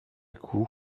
coup